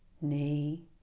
knee